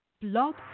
Blog